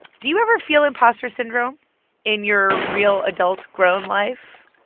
do you ever feel imposter syndrome in your real, adult, grown life?